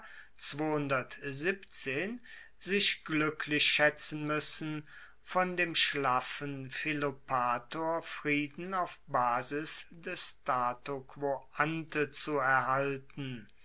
sich gluecklich schaetzen muessen von dem schlaffen philopator frieden auf basis des status quo ante zu erhalten